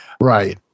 right